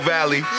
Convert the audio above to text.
Valley